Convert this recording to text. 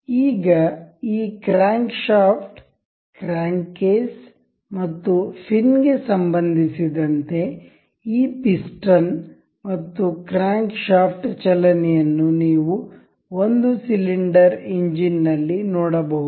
ಈಗ ಈ crank shaft crank case ಮತ್ತು ಫಿನ್ ಗೆ ಸಂಬಂಧಿಸಿದಂತೆ ಈ ಪಿಸ್ಟನ್ ಮತ್ತು ಕ್ರ್ಯಾಂಕ್ ಶಾಫ್ಟ್ ಚಲನೆಯನ್ನು ನೀವು ಒಂದು ಸಿಲಿಂಡರ್ ಇಂಜಿನ್ ನಲ್ಲಿ ನೋಡಬಹುದು